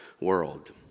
world